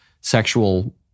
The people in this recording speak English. sexual